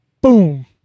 Boom